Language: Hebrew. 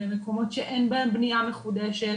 במקומות שאין בהם בנייה מחודשת,